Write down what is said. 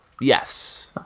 Yes